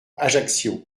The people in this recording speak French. ajaccio